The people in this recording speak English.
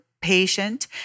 patient